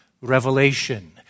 revelation